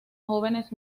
jóvenes